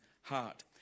heart